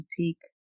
take